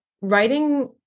writing